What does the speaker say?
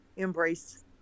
Embrace